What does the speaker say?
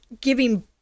giving